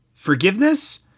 Forgiveness